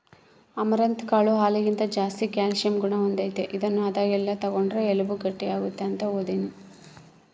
amaranth ಕಾಳು ಹಾಲಿಗಿಂತ ಜಾಸ್ತಿ ಕ್ಯಾಲ್ಸಿಯಂ ಗುಣ ಹೊಂದೆತೆ, ಇದನ್ನು ಆದಾಗೆಲ್ಲ ತಗಂಡ್ರ ಎಲುಬು ಗಟ್ಟಿಯಾಗ್ತತೆ ಅಂತ ಓದೀನಿ